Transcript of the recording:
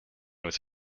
with